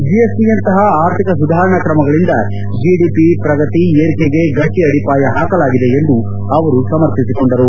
ಜೆಎಸ್ಟಿಯಂತಪ ಆರ್ಥಿಕ ಸುಧಾರಣಾ ಕ್ರಮಗಳಿಂದ ಜಿಡಿಪಿ ಪ್ರಗತಿ ಏರಿಕೆಗೆ ಗಟ್ಟಿ ಅಡಿಪಾಯ ಹಾಕಲಾಗಿದೆ ಎಂದು ಅವರು ಸಮರ್ಥಿಸಿಕೊಂಡರು